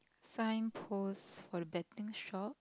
sign post for the betting shop